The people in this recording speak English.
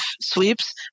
sweeps